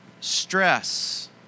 Stress